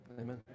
Amen